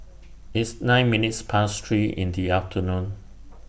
its nine minutes Past three in The afternoon